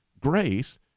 grace